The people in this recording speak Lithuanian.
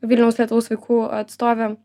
vilniaus lietaus vaikų atstovė